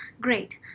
great